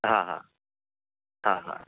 हां हां हां हां